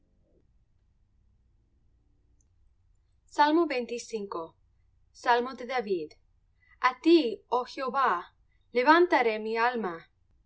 gloria selah salmo de david a ti oh jehová levantaré mi alma